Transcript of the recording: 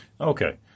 Okay